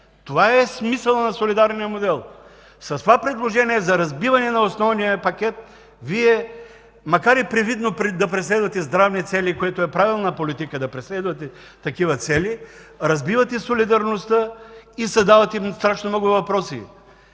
Това е смисълът на солидарния модел. С това предложение за разбиване на основния пакет Вие, макар и привидно да преследвате здравни цели, защото да преследвате такива цели е правилна политика, разбивате солидарността и създавате страшно много въпроси.